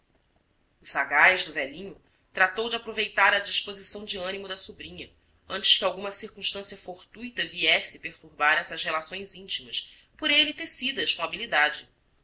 sagaz do velhinho tratou de aproveitar a disposição de ânimo da sobrinha antes que alguma circunstância fortuita vies se perturbar essas relações íntimas por ele tecidas com habili dade